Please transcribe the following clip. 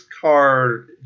card